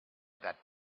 that